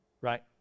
Right